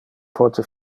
pote